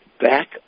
back